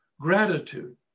Gratitude